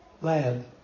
land